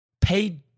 paid